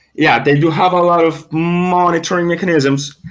yeah, they do have a lot of monitoring mechanisms,